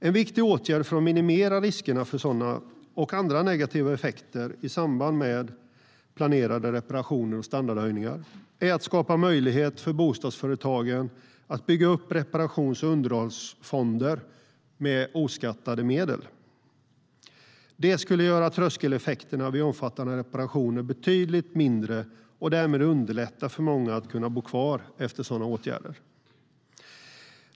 En viktig åtgärd för att minimera riskerna för sådana och andra negativa effekter i samband med planerade reparationer och standardhöjningar är att skapa möjligheter för bostadsföretagen att bygga upp reparations och underhållsfonder med oskattade medel. Det skulle göra tröskeleffekterna vid omfattande reparationer betydligt mindre och därmed underlätta för många att kunna bo kvar efter sådana åtgärder.